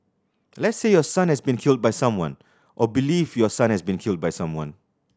let's say your son has been killed by someone or believe your son has been killed by someone